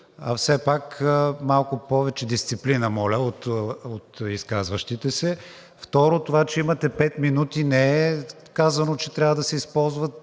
а все пак малко повече дисциплина, моля, от изказващите се. Второ, това, че имате пет минути, не е казано, че трябва да се използват